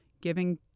giving